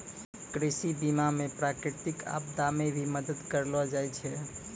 कृषि बीमा मे प्रकृतिक आपदा मे भी मदद करलो जाय छै